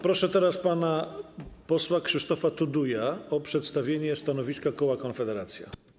Proszę pana posła Krzysztofa Tuduja o przedstawienie stanowiska koła Konfederacja.